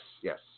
yes